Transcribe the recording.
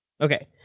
Okay